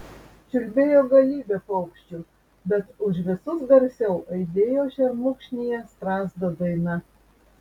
čiulbėjo galybė paukščių bet už visus garsiau aidėjo šermukšnyje strazdo daina